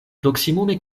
proksimume